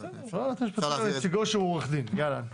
אפשר לכתוב נציגו שהוא עורך דין.